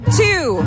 two